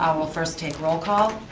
um we'll first take roll call.